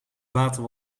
water